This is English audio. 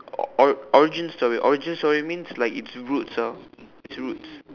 or origin story origin story means like its roots ah its roots